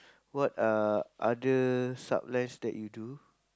what are other sublines that you do